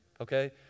okay